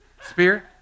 Spear